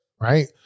right